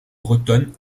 bretonne